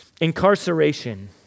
Incarceration